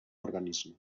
organisme